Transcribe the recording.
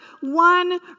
one